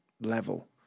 level